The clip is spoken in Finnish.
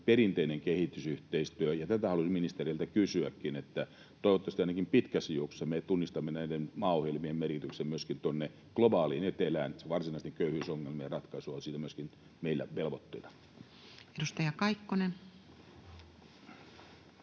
perinteinen kehitysyhteistyö. Ja tätä halusin ministeriltä kysyäkin, että toivottavasti ainakin pitkässä juoksussa me tunnistamme näiden maaohjelmien merkityksen myöskin tuonne globaaliin etelään. Se varsinaisten köyhyysongelmien ratkaisu on siinä myöskin meillä velvoitteena. [Speech